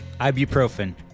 Ibuprofen